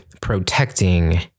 protecting